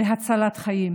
להצלת חיים,